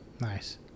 Nice